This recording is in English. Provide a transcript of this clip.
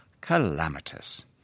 calamitous